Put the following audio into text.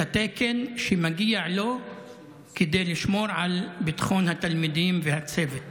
התקן שמגיע לו כדי לשמור על ביטחון התלמידים והצוות.